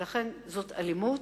ולכן, זאת אלימות.